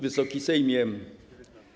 Wysoki Sejmie!